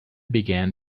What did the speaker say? began